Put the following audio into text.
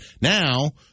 Now